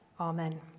Amen